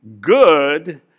good